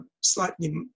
slightly